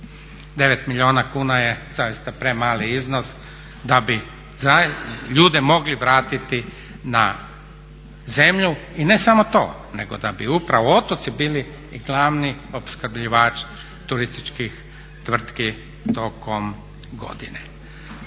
9 milijuna kuna je zaista premali iznos da bi ljude mogli vratiti na zemlju. I ne samo to, nego da bi upravo otoci bili glavni opskrbljivač turističkih tvrtki tokom godine.